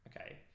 Okay